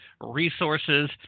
resources